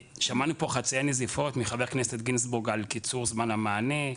שמענו פה חצאי נזיפות מח"כ גינזבורג על קיצור זמן המענה,